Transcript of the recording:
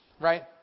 Right